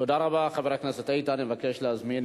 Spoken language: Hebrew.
תודה רבה, חבר הכנסת איתן כבל.